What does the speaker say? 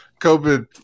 COVID